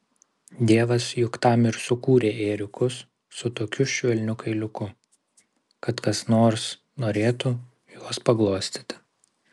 dievas juk tam ir sukūrė ėriukus su tokiu švelniu kailiuku kad kas nors norėtų juos paglostyti